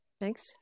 Thanks